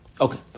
Okay